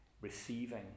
receiving